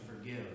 forgive